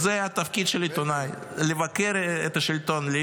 זה התפקיד של עיתונאי, לבקר את השלטון -- לא רק.